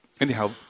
Anyhow